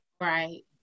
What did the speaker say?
Right